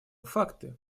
факты